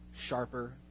sharper